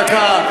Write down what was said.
דקה,